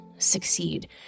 Succeed